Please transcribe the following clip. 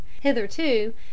Hitherto